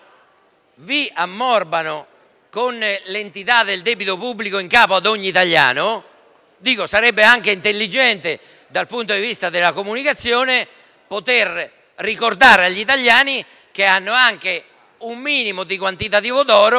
vi ammorbano, con l'entità del debito pubblico in capo ad ogni italiano, sarebbe anche intelligente dal punto di vista della comunicazione poter ricordare agli italiani che indirettamente possiedono anche un minimo di quantitativo